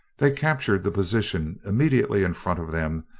they captured the position immediately in front of them,